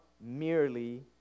merely